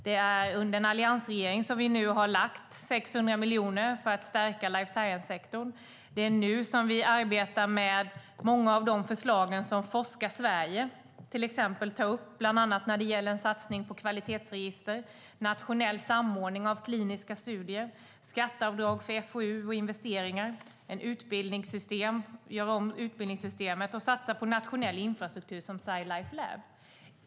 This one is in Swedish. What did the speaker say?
Det är under en alliansregering som vi nu har lagt fram 600 miljoner för att stärka life science-sektorn. Vi arbetar nu med många av de förslag som Forska! Sverige tar upp, bland annat en satsning på kvalitetsregister, nationell samordning av kliniska studier, skatteavdrag för FoU och investeringar, att göra om utbildningssystemet och satsning på nationell infrastruktur som Sci Life Lab.